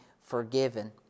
forgiven